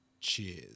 Cheers